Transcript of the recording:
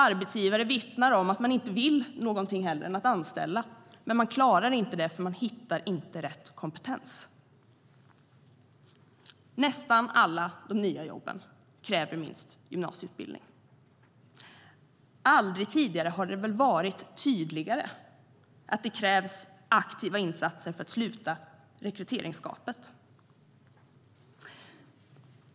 Arbetsgivare vittnar om att de inte vill något hellre än att anställa men klarar det inte eftersom de inte hittar rätt kompetens. Nästan alla de nya jobben kräver minst gymnasieutbildning. Aldrig tidigare har det väl varit tydligare att det krävs aktiva insatser för att sluta rekryteringsgapet.